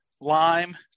lime